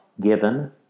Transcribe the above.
given